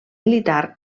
militar